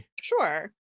Sure